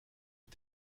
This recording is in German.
und